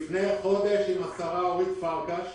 לפני חודש עם השרה אורית פרקש,